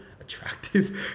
attractive